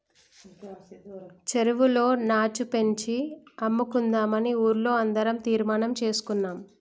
చెరువులో నాచు పెంచి అమ్ముకుందామని ఊర్లో అందరం తీర్మానం చేసుకున్నాం